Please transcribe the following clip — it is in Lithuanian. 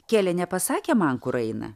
kelė nepasakė man kur eina